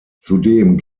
zudem